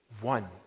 one